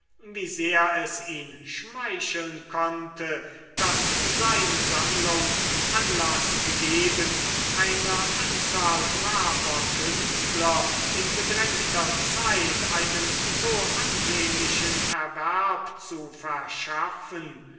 wie sehr es ihn schmeicheln konnte daß seine sammlung anlaß gegeben einer anzahl braver künstler in bedrängter zeit einen so ansehnlichen erwerb zu verschaffen